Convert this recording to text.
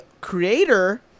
creator